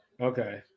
Okay